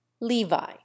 Levi